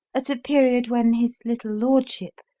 at a period when his little lordship,